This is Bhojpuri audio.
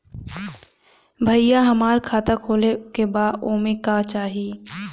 भईया हमार खाता खोले के बा ओमे का चाही?